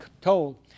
told